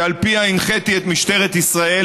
שעל פיה הנחיתי את משטרת ישראל,